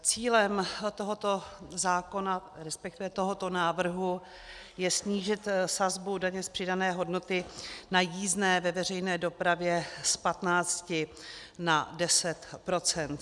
Cílem tohoto zákona, resp. tohoto návrhu, je snížit sazbu daně z přidané hodnoty na jízdné ve veřejné dopravě z 15 na 10 %.